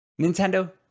Nintendo